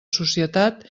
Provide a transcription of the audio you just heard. societat